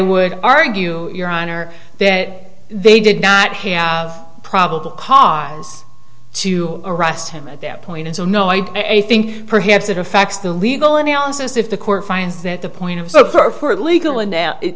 would argue your honor that they did not have probable cause to arrest him at that point and so no i think perhaps it affects the legal analysis if the court finds that the point of so far for legal and now